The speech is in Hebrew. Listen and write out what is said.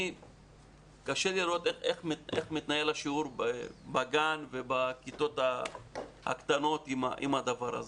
קשה לי לראות איך מתנהל השיעור בגן ובכיתות הנמוכות עם המסכה.